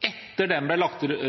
Etter at den ble